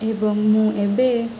ଏବଂ ମୁଁ ଏବେ